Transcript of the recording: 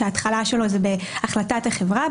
שההתחלה שלו זה בהחלטת החברה,